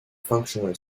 functional